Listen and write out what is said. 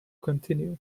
continue